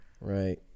Right